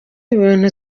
ibintu